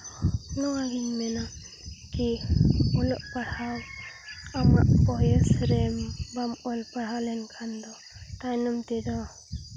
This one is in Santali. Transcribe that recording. ᱱᱚᱣᱟᱜᱤᱧ ᱢᱮᱱᱟ ᱠᱤ ᱚᱞᱚᱜ ᱯᱟᱲᱦᱟᱣ ᱟᱢᱟᱜ ᱵᱚᱭᱮᱥ ᱨᱮ ᱵᱟᱢ ᱚᱞ ᱯᱟᱲᱦᱟᱣ ᱞᱮᱱᱠᱷᱟᱱ ᱫᱚ ᱛᱟᱭᱱᱚᱢ ᱛᱮᱫᱚ